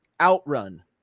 OutRun